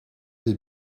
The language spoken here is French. des